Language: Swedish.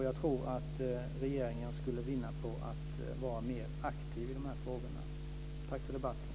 Jag tror att regeringen skulle vinna på att vara mer aktiv i de här frågorna. Tack för debatten!